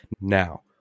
Now